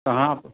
कहाँ पर